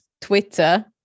Twitter